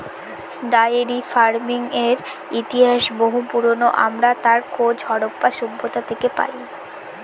diary ফার্মিংয়ের ইতিহাস বহু পুরোনো, আমরা তার খোঁজ হরপ্পা সভ্যতা থেকে পাই